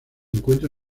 encuentra